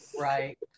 Right